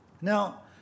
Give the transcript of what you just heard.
Now